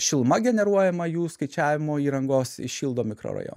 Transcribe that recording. šiluma generuojama jų skaičiavimo įrangos įšildo mikrorajoną